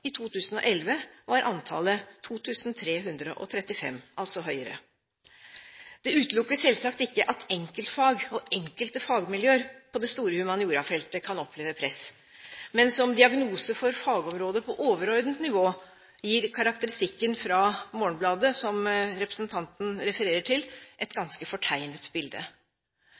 I 2011 var antallet 2 335. Det utelukker selvsagt ikke at enkeltfag og enkelte fagmiljøer på det store humaniorafeltet kan oppleve press. Men som diagnose for fagområdet på overordnet nivå gir karakteristikken i Morgenbladet, som det refereres til, et ganske fortegnet bilde.